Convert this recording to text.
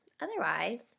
Otherwise